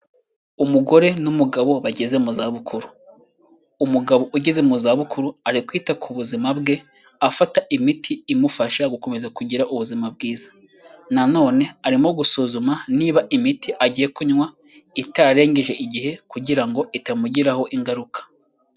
Umugore n'umugabo bageze mu zabukuru, umugabo ugeze mu za bukuru ari kwita ku buzima bwe, afata imiti imufasha gukomeza kugira ubuzima bwiza, na none arimo gusuzuma niba imiti agiye kunywa itarengeje igihe kugira ngo itamugiraho ingaruka.